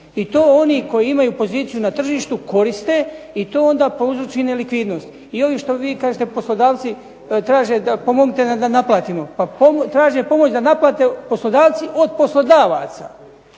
i to onih koji imaju poziciju na tržištu koriste i to onda prouzroči nelikvidnost. I ovi što vi kažete poslodavci traže pomognite da naplatimo. Pa traže pomoć da naplate poslodavci od poslodavaca